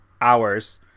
hours